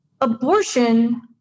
Abortion